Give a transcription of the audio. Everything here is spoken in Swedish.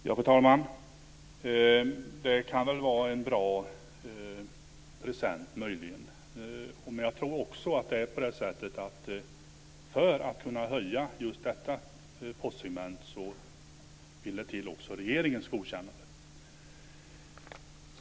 Fru talman! Det kan möjligen vara en bra present. Jag tror att det, för att man ska kunna höja portot just för detta postsegment, också vill till ett godkännande från regeringen.